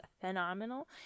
phenomenal